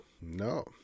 No